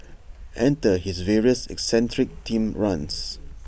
enter his various eccentric themed runs